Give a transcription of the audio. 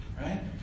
right